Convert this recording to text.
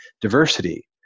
diversity